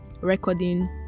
recording